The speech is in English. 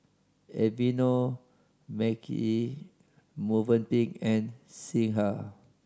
Aveeno Marche Movenpick and Singha